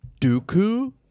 Dooku